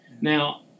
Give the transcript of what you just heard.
Now